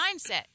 mindset